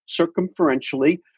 circumferentially